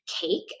cake